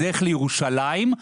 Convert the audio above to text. בדרך לירושלים,